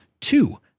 Two